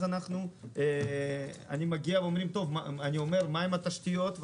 אני מגיע ושואל: מה עם התשתיות?